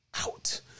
out